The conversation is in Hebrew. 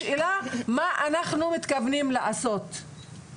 השאלה מה אנחנו מתכוונים לעשות.